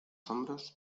hombros